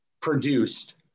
produced